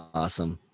awesome